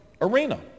arena